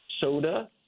soda